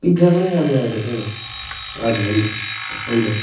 pizza पनि राम्रो आएको थिएन हजुर हुन्छ हुन्छ